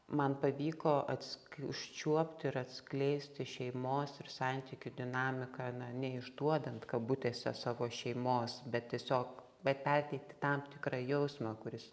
man pavyko atsk užčiuopti ir atskleisti šeimos ir santykių dinamiką na neišduodant kabutėse savo šeimos bet tiesiog bet perteikti tam tikrą jausmą kuris